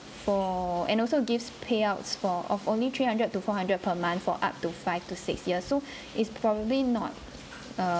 for and also gives payouts for of only three hundred to four hundred per month for up to five to six years so it's probably not err